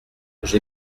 j’ai